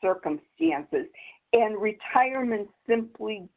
circumstances and retirement simply